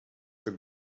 the